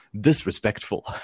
disrespectful